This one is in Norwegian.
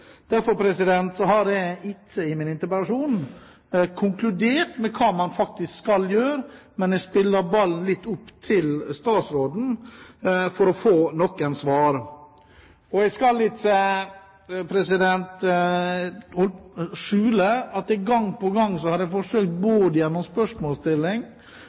Derfor har jeg ikke i min interpellasjon konkludert med hva man faktisk skal gjøre, men jeg spiller ballen over til statsråden for å få noen svar. Jeg skal ikke skjule at jeg gang på gang – både gjennom spørsmålsstilling og andre ting – har forsøkt